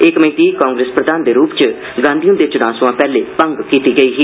एह् कमेटी कांग्रेस प्रधान दे रूपै च श्री गांधी हुंदे चुनां सवां पैहले भंग कीती गेई ही